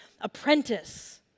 apprentice